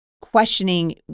questioning